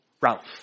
Ralph